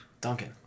Duncan